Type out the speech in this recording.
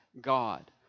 God